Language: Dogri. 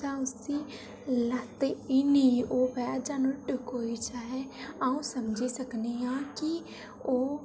जां उसी लत्त हीनी होवै जां टकोई जा अ'ऊं समझी सकनी आं कि ओह्